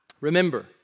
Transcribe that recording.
Remember